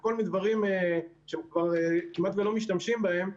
כל מיני דברים שכבר כמעט ולא משתמשים בהם.